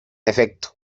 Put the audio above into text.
efecto